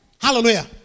Hallelujah